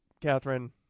Catherine